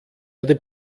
erde